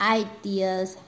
ideas